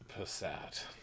Passat